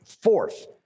Fourth